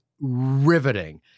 riveting